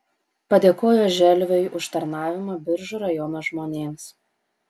padėkojo želviui už tarnavimą biržų rajono žmonėms